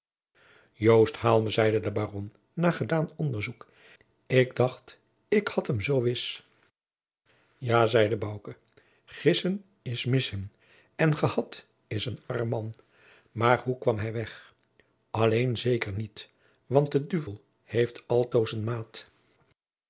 haal me zeide de baron na gedaan onderzoek ik dacht ik had hem zoo wis ja zeide bouke gissen is missen en gehad is een arm man maar hoe kwam hij weg alleen zeker niet want de duivel heeft altoos een maat